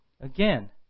Again